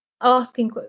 asking